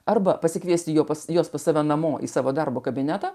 arba pasikviesti pas juos pas save namo į savo darbo kabinetą